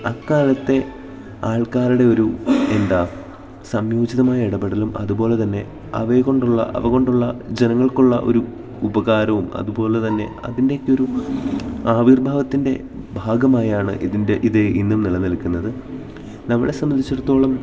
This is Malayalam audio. അക്കാലത്തെ ആൾക്കാരുടെ ഒരു എന്താണ് സംയോജിതമായ ഇടപെടലും അതുപോലെ തന്നെ അവയെക്കൊണ്ടുള്ള അവകൊണ്ടുള്ള ജനങ്ങൾക്കുള്ള ഒരു ഉപകാരവും അതുപോലെ തന്നെ അതിൻ്റെയൊക്കെ ഒരു ആവിർഭാവത്തിൻ്റെ ഭാഗമായാണ് ഇതിൻ്റെ ഇത് ഇന്നും നിലനിൽക്കുന്നത് നമ്മളെ സംബന്ധിച്ചിടത്തോളം